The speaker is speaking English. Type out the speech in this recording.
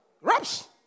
Raps